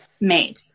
made